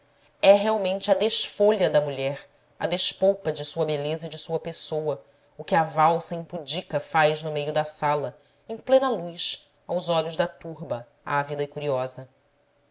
é realmente a desfolha da mulher a despolpa de sua beleza e de sua pessoa o que a valsa impudica faz no meio da sala em plena luz aos olhos da turba ávida e curiosa